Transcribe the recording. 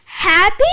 Happy